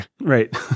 Right